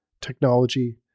technology